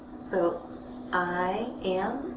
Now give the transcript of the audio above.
so i am.